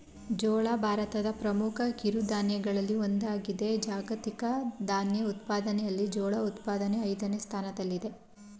ಜೋಳ ಭಾರತದ ಪ್ರಮುಖ ಕಿರುಧಾನ್ಯಗಳಲ್ಲಿ ಒಂದಾಗಿದೆ ಜಾಗತಿಕ ಧಾನ್ಯ ಉತ್ಪಾದನೆಯಲ್ಲಿ ಜೋಳ ಉತ್ಪಾದನೆ ಐದನೇ ಸ್ಥಾನದಲ್ಲಿದೆ